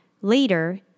Later